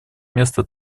место